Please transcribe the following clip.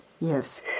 Yes